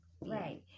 Right